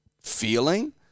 feeling